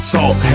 Salt